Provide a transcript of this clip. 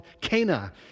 Cana